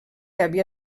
havia